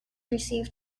receive